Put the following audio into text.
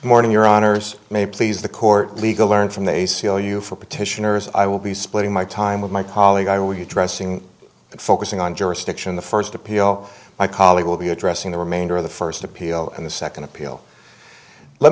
morning your honour's may please the court legal learn from the a c l u for petitioners i will be splitting my time with my colleague i will you dressing focusing on jurisdiction the first appeal my colleague will be addressing the remainder of the first appeal and the second appeal let